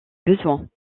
besoins